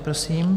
Prosím.